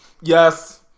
Yes